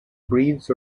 breeds